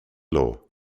law